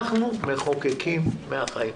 אנחנו מחוקקים מהחיים.